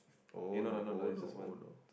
oh no oh no oh no